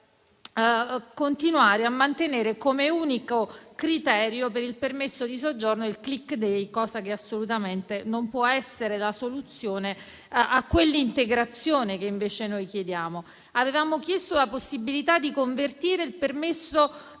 continuare a mantenere come unico criterio per il permesso di soggiorno il *click day*, che assolutamente non può essere la soluzione a quell'integrazione che invece noi chiediamo. Avevamo chiesto la possibilità di convertire il permesso